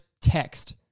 text